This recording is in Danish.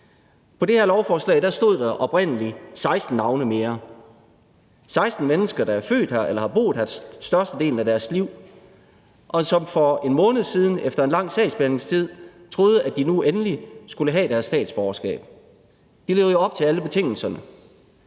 På det her lovforslag stod der oprindeligt 16 navne mere; 16 mennesker, der er født her eller har boet her størstedelen af deres liv, og som for en måned siden efter en lang sagsbehandlingstid troede, at de nu endelig skulle have deres statsborgerskab. De lever jo op til alle betingelserne.